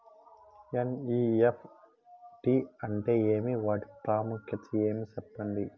NEFT అంటే ఏమి వాటి ప్రాముఖ్యత ఏమి? సెప్పండి?